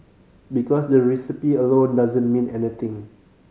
because the recipe alone doesn't mean anything